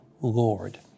Lord